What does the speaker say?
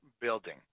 building